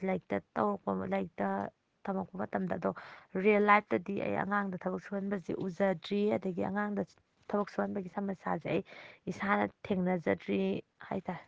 ꯂꯥꯏꯔꯤꯛꯇ ꯇꯧꯔꯛꯄ ꯂꯥꯏꯔꯤꯛꯇ ꯇꯝꯂꯛꯄ ꯃꯇꯝꯗ ꯑꯗꯣ ꯔꯤꯌꯦꯜ ꯂꯥꯏꯐꯇꯗꯤ ꯑꯩ ꯑꯉꯥꯡꯗ ꯊꯕꯛ ꯁꯨꯍꯟꯕꯁꯤ ꯎꯖꯗ꯭ꯔꯤ ꯑꯗꯒꯤ ꯑꯉꯥꯡꯗ ꯊꯕꯛ ꯁꯨꯍꯟꯕꯒꯤ ꯁꯃꯁ꯭ꯌꯥꯁꯦ ꯑꯩ ꯏꯁꯥꯅ ꯊꯦꯡꯅꯖꯗ꯭ꯔꯤ ꯍꯥꯏꯇꯥꯔꯦ